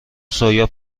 سویا